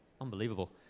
Unbelievable